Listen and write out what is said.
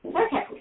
Okay